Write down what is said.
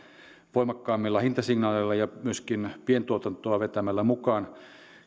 voimakkaammilla hintasignaaleilla ja myöskin pientuotantoa vetämällä mukaan niin